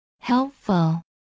helpful